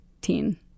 Teen